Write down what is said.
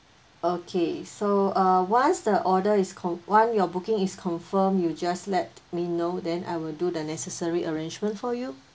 okay so uh once the order is con~ once your booking is confirmed you just let me know then I will do the necessary arrangement for you